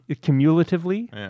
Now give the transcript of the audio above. Cumulatively